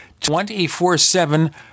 24-7